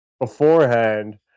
beforehand